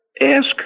ask